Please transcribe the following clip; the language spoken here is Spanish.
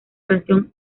canción